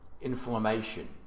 inflammation